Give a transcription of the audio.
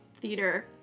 theater